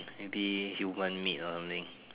maybe human meat or something